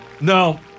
No